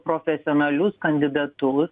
profesionalius kandidatus